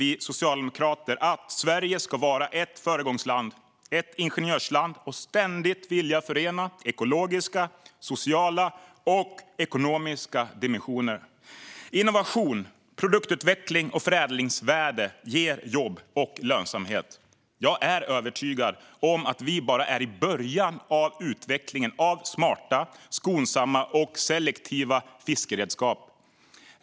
Vi socialdemokrater vill att Sverige ska vara ett föregångsland och ett ingenjörsland och ständigt vilja förena ekologiska, sociala och ekonomiska dimensioner. Innovation, produktutveckling och förädlingsvärde ger jobb och lönsamhet. Jag är övertygad om att vi bara är i början av utvecklingen av smarta, skonsamma och selektiva fiskeredskap.